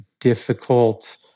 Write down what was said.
difficult